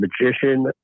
magician